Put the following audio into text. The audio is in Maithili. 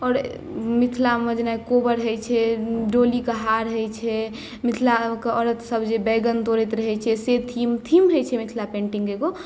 मिथिलामे जेना कोबर होइ छै डोली कहार होइ छै मिथिलाकेँ जे औरत सभ जे बैंगन तोड़ैत रहै छै से थीम होइ छै एहिमे मिथिला पेन्टिंग एगो